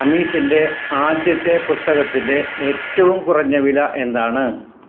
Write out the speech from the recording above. അമീഷിൻ്റെ ആദ്യത്തെ പുസ്തകത്തിൻ്റെ ഏറ്റവും കുറഞ്ഞ വില എന്താണ്